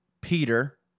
Peter